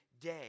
day